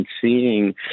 seeing